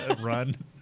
run